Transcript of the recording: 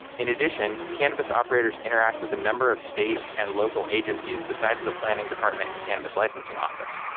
in addition, cannabis operators interact with a number of state and local agencies besides the planning department and cannabis licensing office.